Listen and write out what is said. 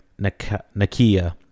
Nakia